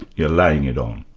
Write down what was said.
you're laying it on.